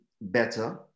better